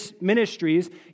ministries